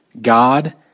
God